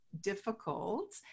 difficult